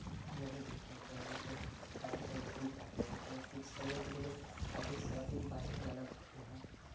नहीं देखनी चाहिए सब सरासर झूठ बातें होती हैं कुछ सही होती हैं लेकिन अधिक से अधिक बातें गलत होती हैं